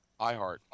iHeart